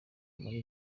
muri